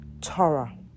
Torah